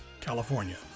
California